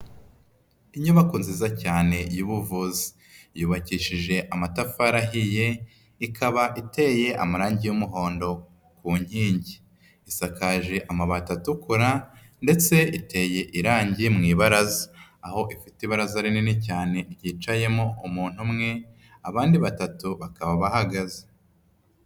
Inyubako nziza cyane y'ubuvuzi, yubakishije amatafari ahiye, ikaba iteye amarangi y'umuhondo ku nkingi. Isakaje amabati atukura ndetse iteye irangi mu ibaraza, aho ifite ibaraza rinini cyane ryicayemo umuntu umwe, abandi batatu bakaba bahagaze.